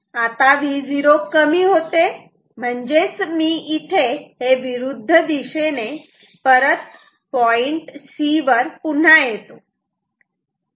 आता Vo कमी होते म्हणजेच मी इथे हे विरुद्ध दिशेने परत पॉईंट C वर पुन्हा येतो